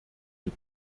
mit